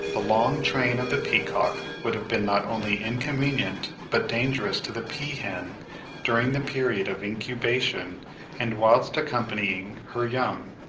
the long train of the peacock would have been not only inconvenient but dangerous to the peahen during the period of incubation and whilst accompanying her young.